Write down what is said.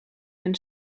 hun